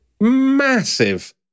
massive